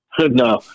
No